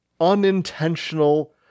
unintentional